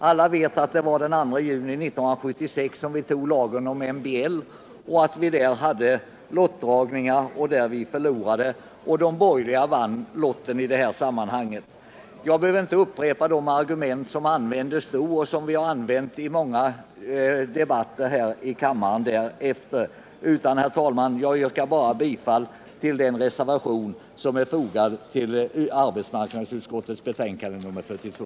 Alla vet att det var den 2 juni 1976 som riksdagen fattade beslut om MBL och att det då förekom lottdragningar. Vi förlorade och de borgerliga vann vid lottdragningen på den här punkten. Jag behöver inte upprepa de argument som användes vid det tillfället och som vi har använt i många debatter här i kammaren därefter, utan jag nöjer mig med, herr talman, att yrka bifall till den reservation som är fogad till arbetsmarknadsutskottets betänkande nr 42.